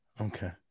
Okay